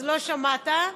לא שמעת.